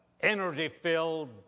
energy-filled